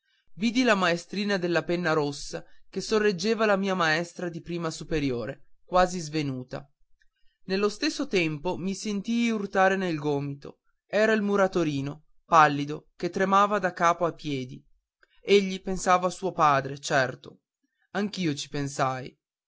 vidi la maestrina della penna rossa che sorreggeva la mia maestra di prima superiore quasi svenuta nello stesso tempo mi sentii urtare nel gomito era il muratorino pallido che tremava da capo a piedi egli pensava a suo padre certo anch'io ci pensai